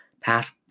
pass